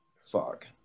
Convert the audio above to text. Fuck